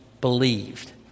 believed